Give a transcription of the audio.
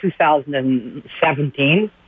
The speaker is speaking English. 2017